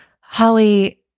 Holly